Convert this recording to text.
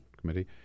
Committee